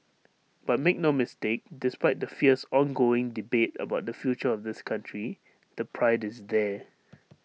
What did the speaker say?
but make no mistake despite the fierce ongoing debate about the future of this country the pride is there